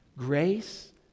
Grace